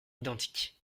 identiques